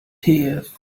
tears